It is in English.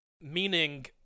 Meaning